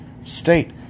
state